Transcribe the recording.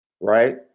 right